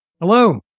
Hello